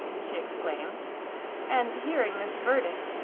she exclaimed and, hearing this verdict,